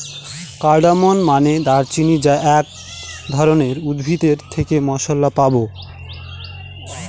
cardamom মানে দারুচিনি যা এক ধরনের উদ্ভিদ এর থেকে মসলা পাবো